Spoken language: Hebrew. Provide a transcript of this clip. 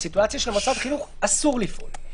יש מוחרגים מזה.